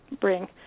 bring